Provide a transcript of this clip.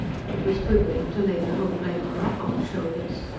it was quibbling to lay the whole blame on ocock's shoulders.